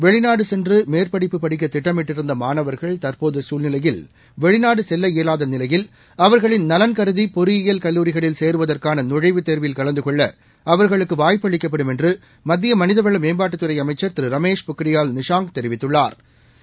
வெளிநாடு சென்று மேற்படிப்பு படிக்க திட்டமிட்டிருந்த மாணவர்கள் தற்போதைய சூழ்நிலையில் வெளிநாடு செல்ல இயலாத நிலையில் சூழ்நிலையில் அவர்களின் நலன் கருதி பொறியியல் கல்லூரிகளில் சேருவதற்கான நுழைவுத் தேர்வில் கலந்து கொள்ள அவர்களுக்கு வாய்ப்பு அளிக்கப்படும் என்று மத்திய மனிதவள மேம்பாட்டுத் துறை அமைச்சா் திரு ரமேஷ் பொக்ரியால் நிஷாங் தெரிவித்துள்ளாா்